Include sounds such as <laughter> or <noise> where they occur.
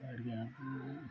ಅಡುಗೇನ <unintelligible>